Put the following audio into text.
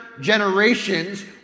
generations